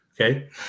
Okay